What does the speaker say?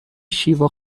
شیوا